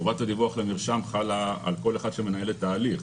חובת הדיווח למרשם חלה על כל אחד שמנהל את ההליך,